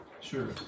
Sure